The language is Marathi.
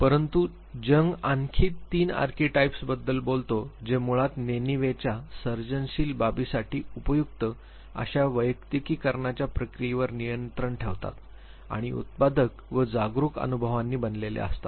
परंतु जंग आणखी ३ आर्केटाइप्स बद्दल बोलतो जे मुळात नेणिवेच्या सर्जनशील बाबीसाठी उपयुक्त अशा वैयक्तिकरणाच्या प्रक्रियेवर नियंत्रण ठेवतात आणि उत्पादक व जागरूक अनुभवांनी बनलेले असतात